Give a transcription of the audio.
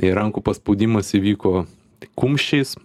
ir rankų paspaudimas įvyko tik kumščiais